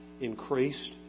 increased